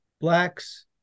blacks